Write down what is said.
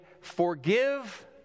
forgive